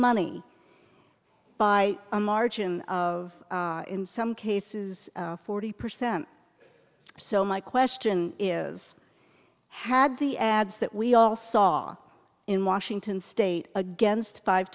money by a margin of in some cases forty percent so my question is had the ads that we all saw in washington state against five